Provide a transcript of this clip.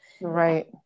right